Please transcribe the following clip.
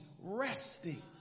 resting